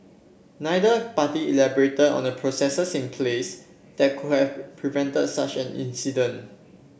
neither party elaborated on the processes in place that could have prevented such an incident